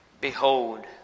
Behold